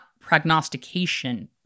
prognostication